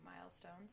milestones